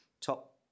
top